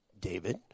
David